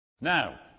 Now